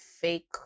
fake